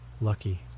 Lucky